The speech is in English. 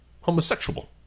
homosexual